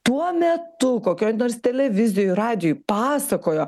tuo metu kokioj nors televizijoj radijuj pasakojo